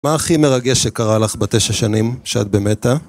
מה הכי מרגש שקרה לך בתשע שנים שאת במטא?